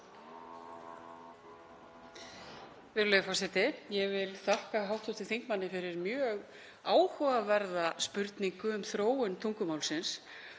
Virðulegi forseti. Ég vil þakka hv. þingmanni fyrir mjög áhugaverða spurningu um þróun tungumálsins.